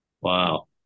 Wow